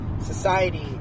Society